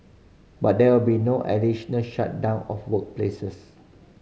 but there will be no additional shutdown of workplaces